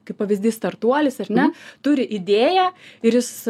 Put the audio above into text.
kaip pavyzdys startuolis ar ne turi idėją ir jis